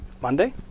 Monday